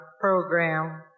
program